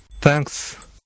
Thanks